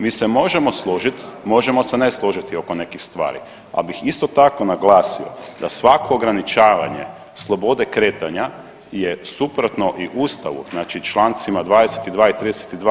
Mi se možemo složit, možemo ne složiti oko nekih stvari, ali bih isto tako naglasio da svako ograničavanje slobode kretanja je suprotno i Ustavu znači čl. 22. i 32.